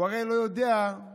הוא הרי לא יודע בכלל.